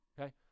Okay